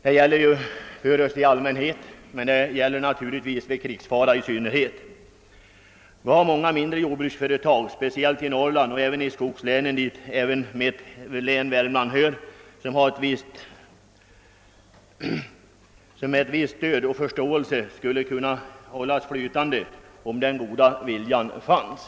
Den behövs för oss i vardagslag men naturligtvis i synnerhet vid krigsfara. Många mindre jordbruksföretag, speciellt i Norrland men även i skogslänen, dit mitt län Värmland hör, skulle med ett visst stöd kunna hållas flytande, om den goda viljan och förståelsen fanns.